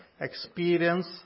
experience